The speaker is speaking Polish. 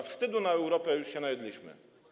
Wstydu w Europie już się najedliśmy.